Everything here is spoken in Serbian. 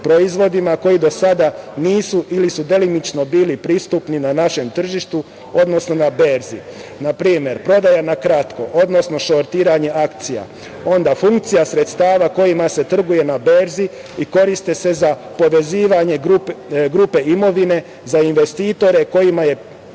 proizvodima koji do sada nisu ili su delimično bili pristupni na našem tržištu, odnosno na berzi. Na primer, prodaja na kratko, odnosno šortiranje akcija, onda funkcija sredstava kojima se trguje na berzi i koriste se za povezivanje grupe imovine za investitore kojima je